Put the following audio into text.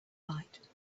light